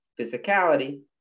physicality